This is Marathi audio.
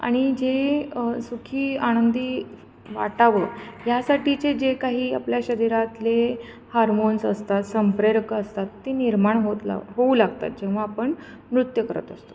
आणि जे सुखी आनंदी वाटावं ह्यासाठीचे जे काही आपल्या शरीरातले हार्मोन्स असतात संप्रेरक असतात ते निर्माण होत ला होऊ लागतात जेव्हा आपण नृत्य करत असतो